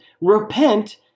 Repent